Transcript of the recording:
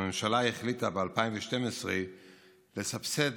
הממשלה החליטה ב-2012 לסבסד